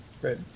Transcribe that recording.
Great